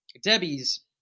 debbie's